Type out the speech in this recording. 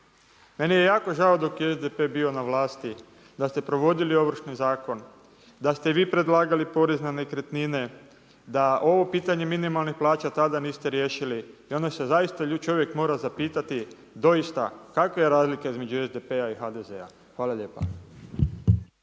Meni je jako žao dok je SDP bio na vlasti da ste provodili Ovršni zakon, da ste vi predlagali porez na nekretnine, da ovo pitanje minimalnih plaća tada niste riješili i onda se zaista čovjek mora zapitati, doista kakva je razlika između SPD-a i HDZ-a. Hvala lijepa.